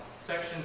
section